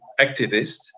activist